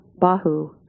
Bahu